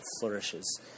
flourishes